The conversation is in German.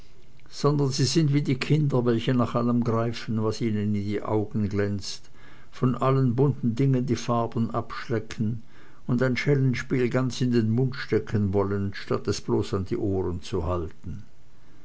sondern sie sind wie die kinder welche nach allem greifen was ihnen in die augen glänzt von allen bunten dingen die farben abschlecken und ein schellenspiel ganz in den mund stecken wollen statt es bloß an die ohren zu halten